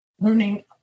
Learning